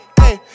hey